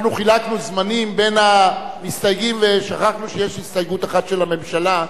אנחנו חילקנו זמנים בין המסתייגים ושכחנו שיש הסתייגות אחת של הממשלה.